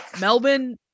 Melbourne –